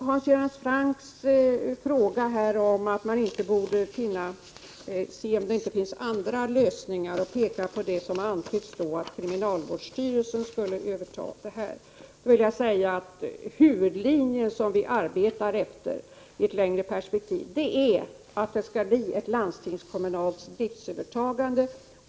Hans Göran Franck frågade om man inte borde undersöka om det inte finns andra lösningar, t.ex. att kriminalvårdsstyrelsen övertog handläggningen av den rättspsykiatriska verksamheten. Huvudlinjen, som vi i ett längre perspektiv arbetar efter, är att det skall bli ett landstingstingskommunalt driftsövertagande.